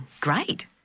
Great